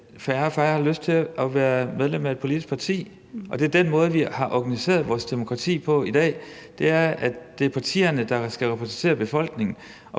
færre og færre har lyst til at være medlemmer af et politisk parti, og den måde, vi har organiseret vores demokrati på i dag, er, at det er partierne, der skal repræsentere befolkningen.